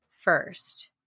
first